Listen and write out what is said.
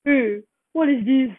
mm what is this